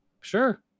Sure